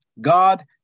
God